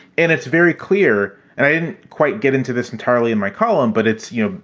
and it's very clear, and i didn't quite get into this entirely in my column. but it's you know,